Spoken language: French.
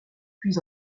puis